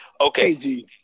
Okay